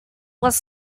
was